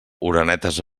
orenetes